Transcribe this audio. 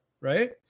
right